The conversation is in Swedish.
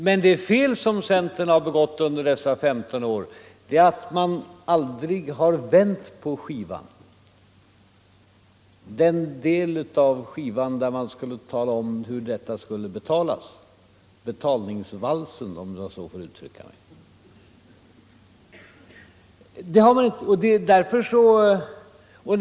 Men det fel som centern har begått under dessa femton år är att man aldrig har vänt på skivan och spelat betalningsvalsen, om jag så får uttrycka mig, dvs. den del av skivan där man skulle tala om hur en sänkt pensionsålder skulle betalas.